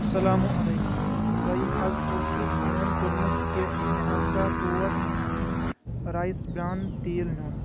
اسلامُ علیکم تۄہہِ حظ اوسُے فون کوٚرمُت کہِ مےٚ ہسا اوس رایس بران تیٖل ہیٚون